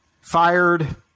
fired